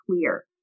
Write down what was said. clear